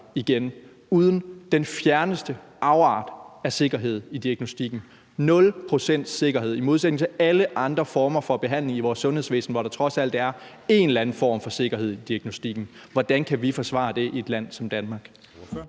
mere, uden den fjerneste afart af sikkerhed i diagnostikken – 0 pct.s sikkerhed i modsætning til alle andre former for behandling i vores sundhedsvæsen, hvor der trods alt er en eller anden form for sikkerhed i diagnostikken. Hvordan kan vi forsvare det i et land som Danmark?